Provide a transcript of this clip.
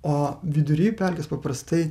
o vidury pelkės paprastai